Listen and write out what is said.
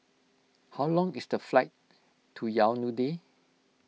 how long is the flight to Yaounde